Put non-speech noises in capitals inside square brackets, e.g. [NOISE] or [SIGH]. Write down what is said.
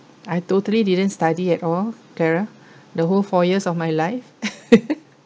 I totally didn't study at all terra the whole four years of my life [LAUGHS]